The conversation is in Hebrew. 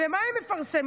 ומה הם מפרסמים?